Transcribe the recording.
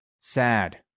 sad